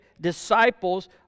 disciples